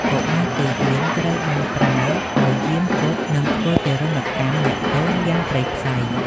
កុមារទាហានត្រូវបានប្រើឱ្យយាមគុក និងធ្វើទារុណកម្មអ្នកទោសយ៉ាងព្រៃផ្សៃ។